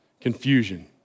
confusion